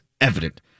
evident